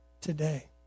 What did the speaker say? Today